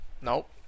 Nope